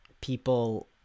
people